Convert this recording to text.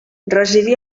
residí